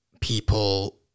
people